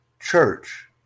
Church